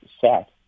set